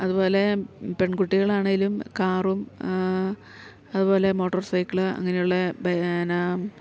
അത്പോലെ പെൺകുട്ടികളാണേലും കാറും അതുപോലെ മോട്ടോർ സൈക്കിൾ അങ്ങനെ ഉള്ള എന്നാ